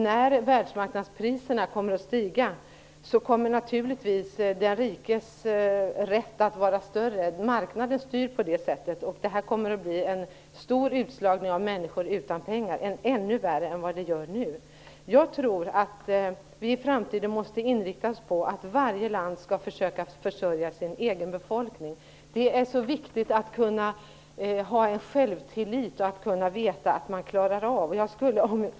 När världsmarknadspriserna stiger kommer naturligtvis den rikes rätt att vara större. Marknaden styr på det sättet. Det kommer att bli en stor utslagning bland människor som saknar pengar - ännu värre än som nu är fallet. Jag tror att vi i framtiden måste inrikta oss på att varje land försöker försörja sin egen befolkning. Det är mycket viktigt att kunna känna självtillit och att veta att man klarar av saker.